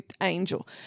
Angel